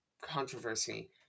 controversy